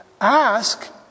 Ask